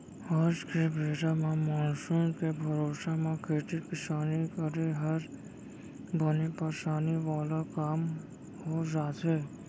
आज के बेरा म मानसून के भरोसा म खेती किसानी करे हर बने परसानी वाला काम हो जाथे